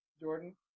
Jordan